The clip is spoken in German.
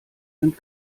sind